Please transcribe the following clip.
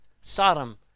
Sodom